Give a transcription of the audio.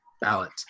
ballot